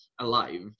alive